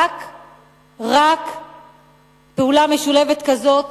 רק פעולה משולבת כזאת